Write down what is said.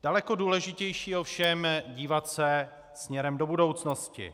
Daleko důležitější je ovšem dívat se směrem do budoucnosti.